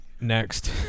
next